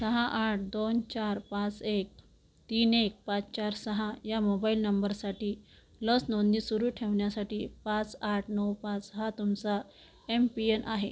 सहा आठ दोन चार पाच एक तीन एक पाच चार सहा या मोबाईल नंबरसाठी लस नोंदणी सुरू ठेवण्यासाठी पाच आठ नऊ पाच हा तुमचा एमपीएन आहे